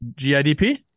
GIDP